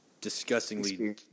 disgustingly